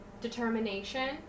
determination